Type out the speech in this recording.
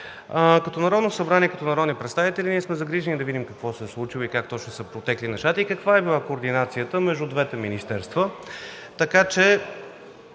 Като Народно събрание и като народни представители ние сме загрижени да видим какво се е случило, как точно са протекли нещата и каква е била координацията между двете министерства,